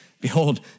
behold